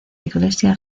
iglesia